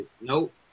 nope